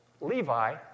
Levi